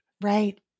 Right